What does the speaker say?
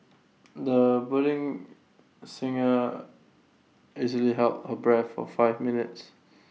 the budding singer easily held her breath for five minutes